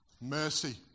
Mercy